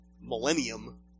millennium